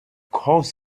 course